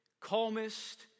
calmest